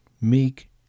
meek